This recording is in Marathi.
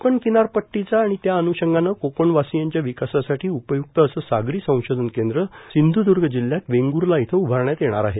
कोकण किनारपट्टीचा आणि त्या अनुषंगाने कोकणवासियांच्या विकासासाठी उपय्क्त अस सागरी संशोधन केंद्र सिंधूदर्ग जिल्ह्यात वेंगूर्ला इथं उभारण्यात येणार आहे